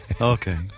Okay